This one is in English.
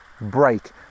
break